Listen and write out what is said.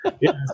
Yes